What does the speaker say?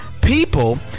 people